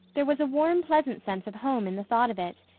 there was a warm pleasant sense of home in the thought of it,